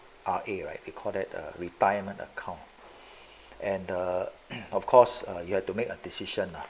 R_A right you call that a retirement account and the and of course you have to make a decision lah